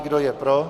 Kdo je pro?